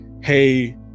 hey